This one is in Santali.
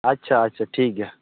ᱟᱪᱪᱷᱟ ᱟᱪᱪᱷᱟ ᱴᱷᱤᱠ ᱜᱮᱭᱟ